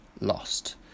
lost